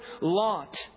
lot